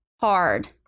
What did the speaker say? hard